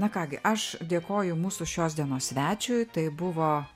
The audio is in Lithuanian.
na ką gi aš dėkoju mūsų šios dienos svečiui tai buvo